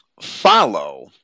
follow